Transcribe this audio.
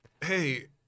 Hey